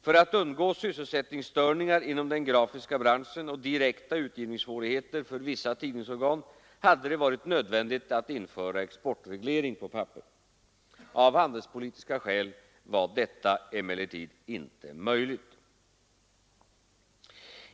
För att undgå sysselsättningsstörningar inom den grafiska branschen och direkta utgivningssvårigheter för vissa tidningsorgan hade det varit nödvändigt att införa exportreglering på papper. Av handelspolitiska skäl var detta emellertid inte möjligt.